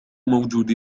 موجود